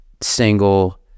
single